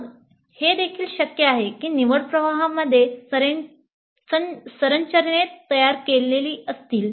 मग हे देखील शक्य आहे की निवड प्रवाहामध्ये संरचनेत तयार केलेली असतील